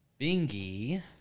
Bingy